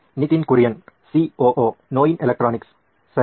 Nitin Kurian COO ನೋಯಿನ್ electronics ಸರಿ